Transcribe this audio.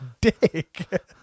dick